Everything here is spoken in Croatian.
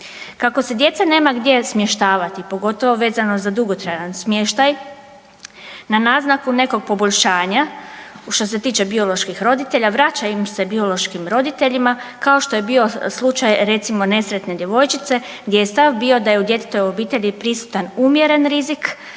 Kako se djecu nema gdje smještavati pogotovo vezano za dugotrajan smještaj na naznaku nekog poboljšanja što se tiče bioloških roditelja vraća ih se biološkim roditeljima kao što je bio slučaj recimo nesretne djevojčice gdje je stav bio da je u djetetovoj obitelji prisutan umjeren rizik,